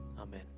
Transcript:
Amen